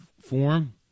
form